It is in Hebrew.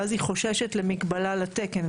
ואז היא חוששת למקבלה לתקן.